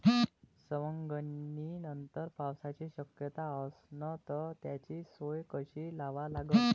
सवंगनीनंतर पावसाची शक्यता असन त त्याची सोय कशी लावा लागन?